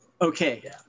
Okay